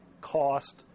cost